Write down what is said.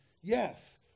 Yes